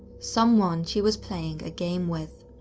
someone she was playing a game with?